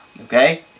okay